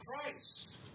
Christ